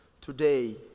today